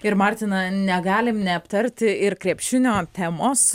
ir martina negalim neaptarti ir krepšinio temos